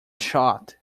shot